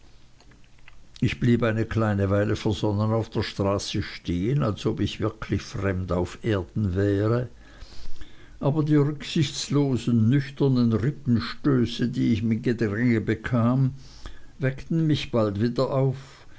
ich blieb eine kleine weile versonnen auf der straße stehen als ob ich wirklich fremd auf erden wäre aber die rücksichtslosen nüchternen rippenstöße die ich im gedränge bekam weckten mich bald wieder auf